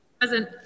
Present